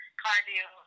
cardio